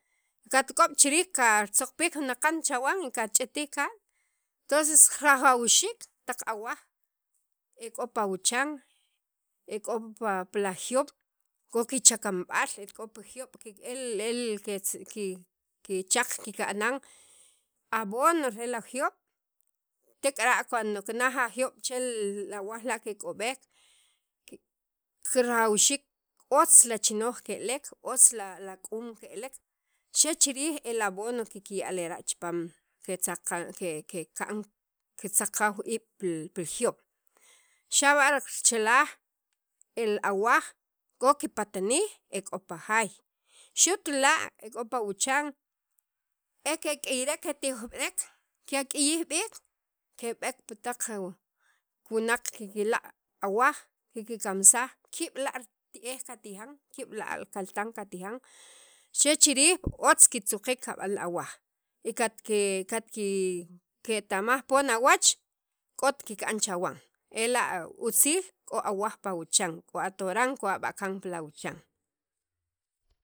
katk'ow chiriij katzoqpij jun aqan chawan kach'itij kan tonces rajawxik taq awaj ek'o pa awuchan ek'o pa pi la juyub' k'o kichakanb'al ek'o pi juyob' e li li ki'achaq kika'nan abono re laj juyob' tek'ara' cuando kinaj ajuyob' che lawaj la' kek'ob'ek kirajawxiik otz lachinoj ke'elek otz lak'uum ke'elek che chirij elab'ono kikya' lera' chipam re kitzaqan ke ke tzaqaw iib' pi juyob' xa' b'a richalaj el awaj k'o kipatanij ek'o pa jaay xut la' ek'o pa awuchan ee kek'iyrek ketijek kek'iyij b'iik keb'eek pi taq wu wunaq kiklaq' awaj kikimansaj ki' b'la' ti'e'j katijan ki' b'la' kaltan katijan che chirij otz kitzuqek kab'an awaj y kake katkiketamaj pon awach k'ot kikb'an chawan ela' utzil k'o awaj pa awuchan, k'o atoran k'o b'akan pi la awuchan.